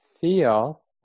feel